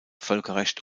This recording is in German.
völkerrecht